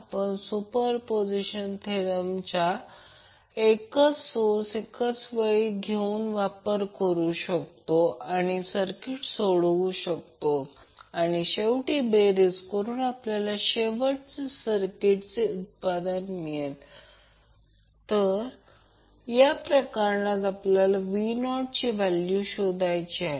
आपण सुपरपोझिशन थेरमचा एकच सोर्स एकावेळी घेऊन वापर करू शकतो आणि सर्किट सोडवू शकतो आणि शेवटी बेरीज करून आपल्याला शेवटचे सर्किटचे उत्पादन मिळेल तर या प्रकरणात आपल्याला v0 ची व्हॅल्यू शोधायची आहे